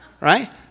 right